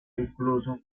incluso